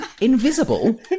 invisible